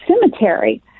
cemetery